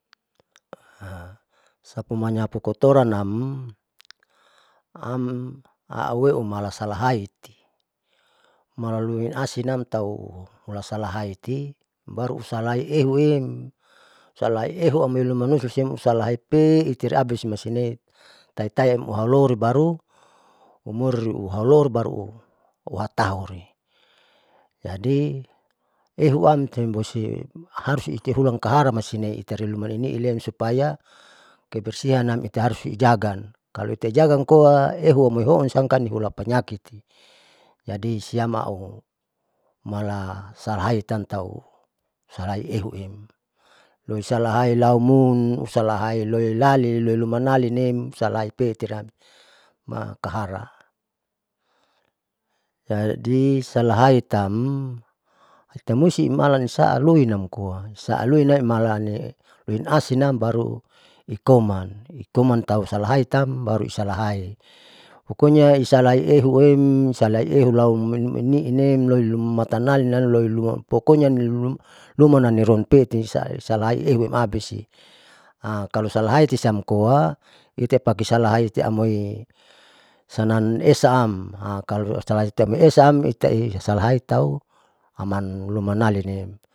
Sapumanyapu kotorannam am auweumala haiti malan luin asinam tau hulasalahaiti baru usalaiehunam salaiehumlumanusu siem usalai pe'etire abisi masinem taitaiam uhauroli baru, uhatauri jadi ehuam teharusteulan kahara masinei italiruma ineilem supaya kabarsian nam harus ijaga kalo ita ijaga amkoa ehu amoi houn siamkan nihula panyaki, jadi siam au mala salahaitantau salahaitantau loisalahai laumut usalahai loilali loiluma nalimnem salahai peetireabis makahara jadi salahai tam itamusti malan salui malan amkoa, saaluilen malani loin asinam baru ikoman ikoman tau salahaitam aurekisalahai pokonya isalahai euem salaiehu lauimehimehilem loiluma matanalin loiluma pokoknya lumanam liron peeti sala aiehumtiabis kalo salahai siamkoa itepaki salahaite amoy sanan esa am kalo italai esaam itai salahai tau aman lumanalin lee.